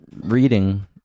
reading